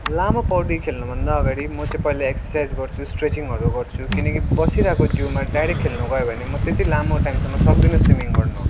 लामो पौडी खेल्नुभन्दा अगाडि म चाहिँ पहिला एक्ससाइज गर्छु स्ट्रेचिङहरू गर्छु किनकि बसिरहेको जिउमा डाइरेक्ट खेल्नुगयो भने म त्यत्ति लामो टाइमसम्म सक्दिनँ स्विमिङ गर्नु